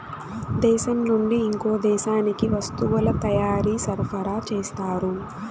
దేశం నుండి ఇంకో దేశానికి వస్తువుల తయారీ సరఫరా చేస్తారు